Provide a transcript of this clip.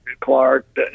Clark